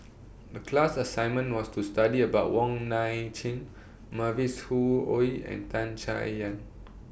The class assignment was to study about Wong Nai Chin Mavis Khoo Oei and Tan Chay Yan